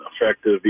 effective